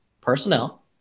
personnel